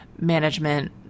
management